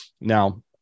Now